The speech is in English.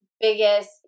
biggest